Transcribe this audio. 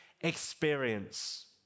experience